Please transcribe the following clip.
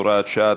הוראת שעה),